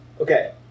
Okay